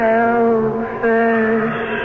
Selfish